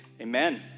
amen